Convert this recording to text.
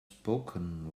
spoken